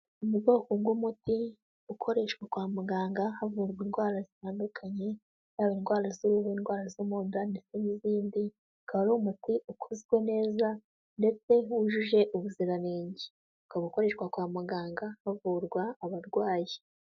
Mu bwoko bw'umuti ukoreshwa kwa muganga havurarwa indwara zitandukanye, haba indwara z'ubu iruhu, indwara zo munda ndetse n'izindi, akaba ari umuti ukozwe neza ndetse wujuje ubuziranenge ukaba ukoreshwa kwa muganga havurwa abarwayi.